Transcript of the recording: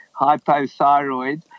hypothyroid